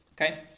okay